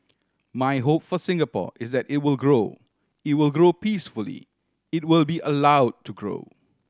my hope for Singapore is that it will grow it will grow peacefully it will be allow to grow